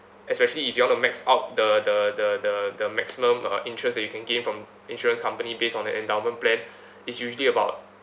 especially if you want to max out the the the the the maximum uh interest that you can gain from insurance company based on the endowment plan is usually about